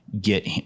get